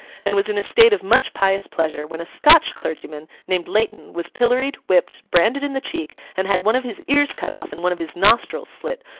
and was in a state of much pious pleasure, when a scotch clergyman, named leighton, was pilloried, whipped, branded in the cheek, and had one of his ears cut off and one of his nostrils slit,